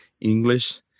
English